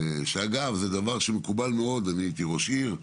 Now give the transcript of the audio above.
אגב, אני הייתי ראש עיר,